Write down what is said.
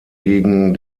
gegen